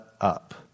up